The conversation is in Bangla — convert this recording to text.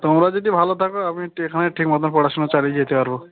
তোমরা যদি ভালো থাকো আমি তো এখানে ঠিক মতো পড়াশোনা চালিয়ে যেতে পারবো